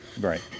Right